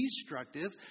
destructive